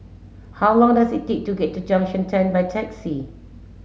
how long does it take to get to Junction ten by taxi